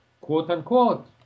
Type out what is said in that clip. quote-unquote